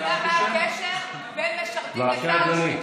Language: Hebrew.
אני לא מבינה מה הקשר בין משרתים למאבק בשחיתות.